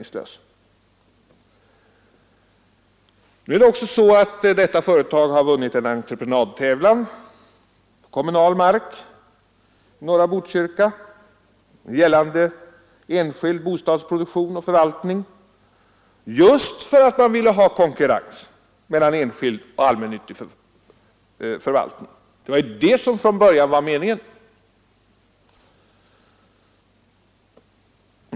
Det var ju ändå så att detta företag vann en entreprenadtävlan på kommunal mark i norra Botkyrka gällande enskild bostadsproduktion och förvaltning — just för att man ville ha konkurrens mellan enskild och allmännyttig förvaltning. Det var ju det som från början var meningen.